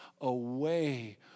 away